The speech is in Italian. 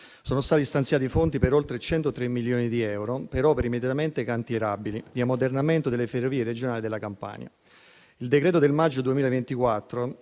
sono stati stanziati fondi per oltre 103 milioni di euro per opere immediatamente cantierabili di ammodernamento delle ferrovie regionali della Campania. Con il decreto del maggio 2024